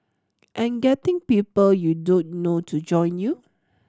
and getting people you don't know to join you